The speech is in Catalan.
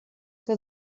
que